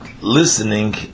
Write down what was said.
listening